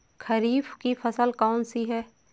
खरीफ की फसल कौन सी है?